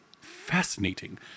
Fascinating